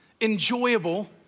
enjoyable